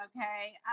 okay